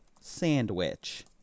sandwich